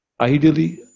Ideally